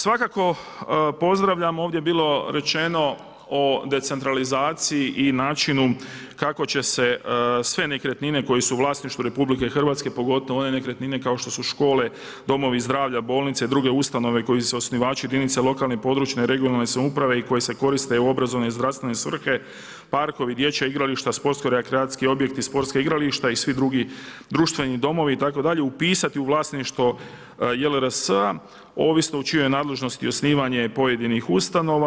Svakako pozdravljamo, ovdje je bilo rečeno o decentralizaciji i načinu kako će se sve nekretnine koje su u vlasništvu RH pogotovo one nekretnine kao što su škole, domovi zdravlja, bolnice i druge ustanove kojima su osnivači jedinice lokalne i područne (regionalne) samouprave i koje se koriste u obrazovne i zdravstvene svrhe, parkovi, dječja igrališta, sportsko-rekreacijski objekti, sportska igrališta i svi drugi, društveni domovi itd. upisati u vlasništvo JLRS-a ovisno u čijoj je nadležnosti osnivanje pojedinih ustanova.